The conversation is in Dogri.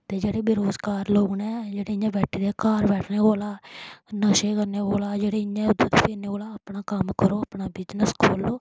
ते जेह्ड़े बेरोजगार लोग न जेह्ड़े इ'यां बैठे दे ऐ घर बैठने कोला नशे करने कोला जेह्ड़े इ'यां फिरने कोला अपना कम्म करो अपना बिजनस खोल्लो